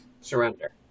Surrender